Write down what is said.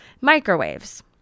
Microwaves